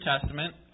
Testament